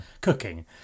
Cooking